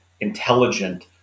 intelligent